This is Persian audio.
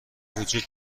وجود